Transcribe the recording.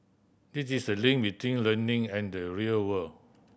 it's this link between learning and the real world